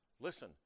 listen